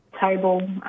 table